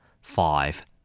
Five